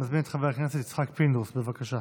אני מזמין את חבר הכנסת יצחק פינדרוס, בבקשה.